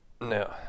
No